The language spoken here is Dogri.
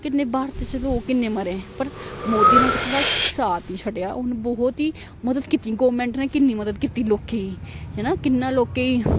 किन्ने भारत च किन्ने मरे पर मोदी ने कि साढ़ा साथ न छड्डेआ उनें बहुत हई मदद कीती गौरमेंट ने किन्नी मदद कीती लोकें गी हैना किन्ना लोकें गी